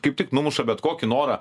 kaip tik numuša bet kokį norą